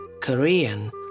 Korean